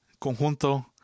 conjunto